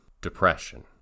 depression